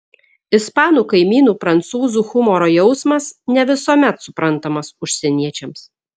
ispanų kaimynų prancūzų humoro jausmas ne visuomet suprantamas užsieniečiams